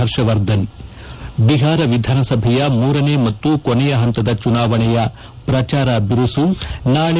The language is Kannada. ಹರ್ಷವರ್ಧನ್ ಬಿಹಾರ ವಿಧಾನಸಭೆಯ ಮೂರನೇ ಮತ್ತು ಕೊನೆಯ ಹಂತದ ಚುನಾವಣೆಯ ಪ್ರಚಾರ ಬಿರುಸು ನಾಳಿ